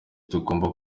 tugomba